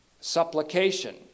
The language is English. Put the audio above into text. supplication